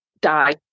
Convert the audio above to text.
die